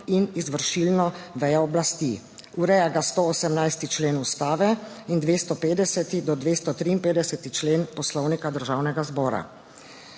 in izvršilno vejo oblasti, ureja ga 118. člen Ustave in 250. do 253. člen Poslovnika Državnega zbora.